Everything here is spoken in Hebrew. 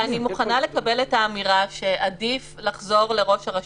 אני מוכנה לקבל את האמירה שעדיף לחזור לראש הרשות,